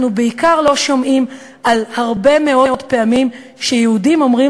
אנחנו בעיקר לא שומעים על הרבה מאוד פעמים שיהודים אומרים